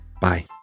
Bye